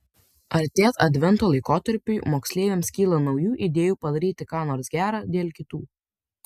artėjant advento laikotarpiui moksleiviams kyla naujų idėjų padaryti ką nors gera dėl kitų